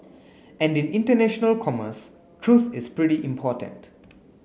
and in international commerce truth is pretty important